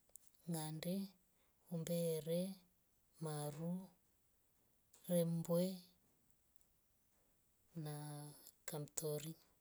Ngande. umbere. maru. rembe na kamtori